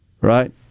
right